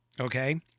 okay